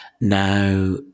Now